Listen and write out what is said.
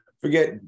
forget